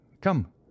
come